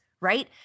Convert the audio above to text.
Right